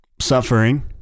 suffering